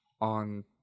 on